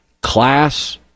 Class